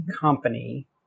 company